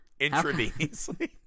intravenously